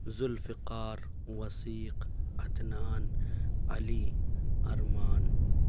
ذو الفقار وثیق عدنان علی ارمان